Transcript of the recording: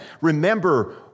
Remember